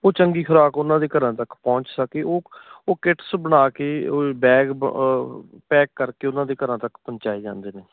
ਉਹ ਚੰਗੀ ਖੁਰਾਕ ਉਹਨਾਂ ਦੇ ਘਰਾਂ ਤੱਕ ਪਹੁੰਚ ਸਕੇ ਉਹ ਉਹ ਕਿੱਟਸ ਬਣਾ ਕੇ ਉਹ ਬੈਗ ਪੈਕ ਕਰਕੇ ਉਹਨਾਂ ਦੇ ਘਰਾਂ ਤੱਕ ਪਹੁੰਚਾਏ ਜਾਂਦੇ ਨੇ